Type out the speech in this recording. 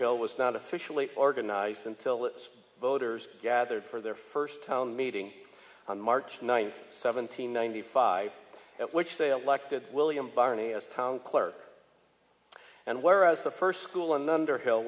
underhill was not officially organized until its voters gathered for their first town meeting on march ninth seventeen ninety five at which they aleck to william barney as town clerk and where as the first school and underhill